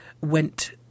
went